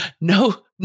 no